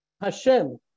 Hashem